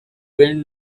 winds